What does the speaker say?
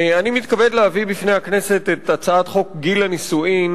אני מתכבד להביא בפני הכנסת את הצעת חוק גיל הנישואין,